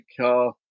car